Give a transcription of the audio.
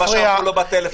במקום "בתקנת משנה (א),